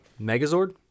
Megazord